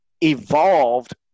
evolved